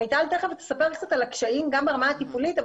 מיטל תיכף תספר קצת על הקשיים גם ברמה הטיפולית,